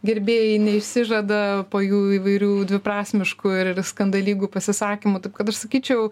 gerbėjai neišsižada po jų įvairių dviprasmiškų ir skandalingų pasisakymų taip kad aš sakyčiau